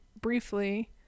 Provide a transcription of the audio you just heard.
briefly